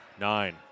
Nine